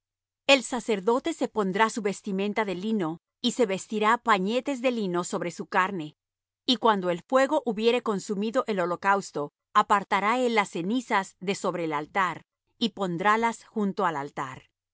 el sacerdote se pondrá su vestimenta de lino y se vestirá pañetes de lino sobre su carne y cuando el fuego hubiere consumido el holocausto apartará él las cenizas de sobre el altar y pondrálas junto al altar